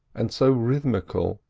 and so rhythmical,